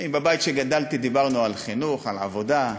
בבית שגדלתי בו דיברנו על חינוך, על עבודה,